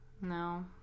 no